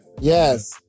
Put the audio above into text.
Yes